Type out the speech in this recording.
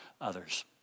others